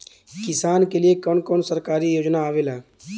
किसान के लिए कवन कवन सरकारी योजना आवेला?